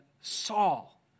Saul